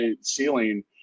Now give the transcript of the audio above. ceiling